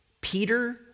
Peter